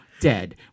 dead